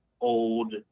old